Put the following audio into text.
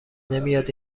نمیاد